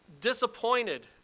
disappointed